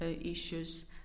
issues